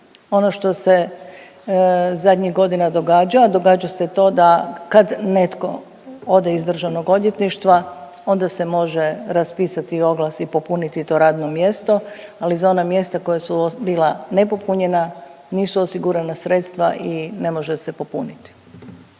Ono što se zadnjih godina događa, a događa se to kad netko ode iz državnog odvjetništva onda se može raspisati oglas i popuniti to radno mjesto, ali za ona mjesta koja su bila nepopunjena, nisu osigurana sredstva i ne može se popuniti.